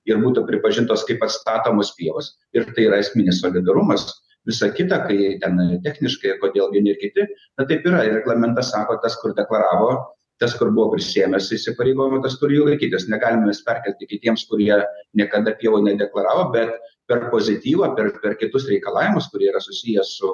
ir būtų pripažintos kaip pastatomos pievos ir tai yra esminis solidarumas visa kita kai tenai techniškai ir kodėl vieni ar kiti na taip yra reglamentas sako kas kur deklaravo tas kur buvo prisiėmęs įsipareigojimų kas turi jų laikytis negalim mes perkelti kitiems kurie niekada pievų nedeklaravo bet per pozityvą pirkt per kitus reikalavimus kurie yra susiję su